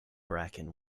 bracken